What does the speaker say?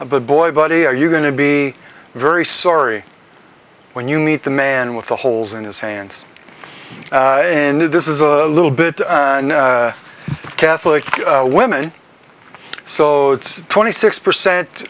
a boy body are you going to be very sorry when you meet the man with the holes in his hands and this is a little bit catholic women so it's twenty six percent